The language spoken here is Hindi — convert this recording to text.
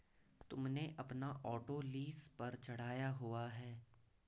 तुमने अपना ऑटो लीस पर चढ़ाया हुआ है?